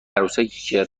عروسکی